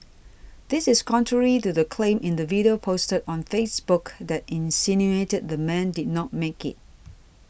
this is contrary to the claim in the video posted on Facebook that insinuated the man did not make it